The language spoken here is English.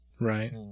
Right